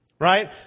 Right